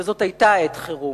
וזאת היתה עת חירום.